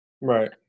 Right